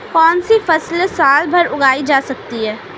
कौनसी फसल साल भर उगाई जा सकती है?